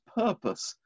purpose